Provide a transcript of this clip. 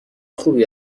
خوبی